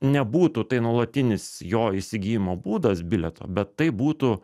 nebūtų tai nuolatinis jo įsigijimo būdas bilieto bet tai būtų